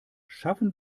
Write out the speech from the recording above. schaffen